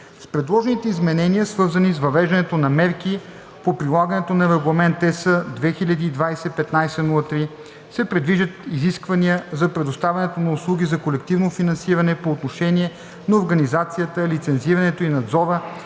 предложените изменения, свързани с въвеждането на мерки по прилагането на Регламент (ЕС) 2020/1503, се предвиждат изисквания за предоставянето на услуги за колективно финансиране по отношение на организацията, лицензирането и надзора